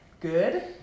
Good